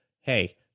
Hey